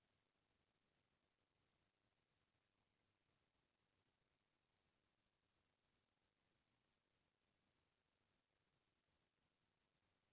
loan लेए के बेरा जेन किस्ती बनथे तेन ह कमती लागथे फेरजब पटाय बर धरथे महिना के महिना तब पता लगथे